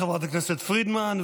תודה לחברת הכנסת פרידמן.